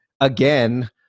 again